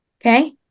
okay